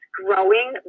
growing